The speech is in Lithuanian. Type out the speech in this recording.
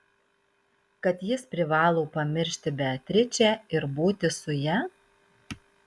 kad jis privalo pamiršti beatričę ir būti su ja